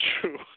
true